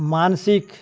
मानसिक